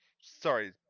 sorry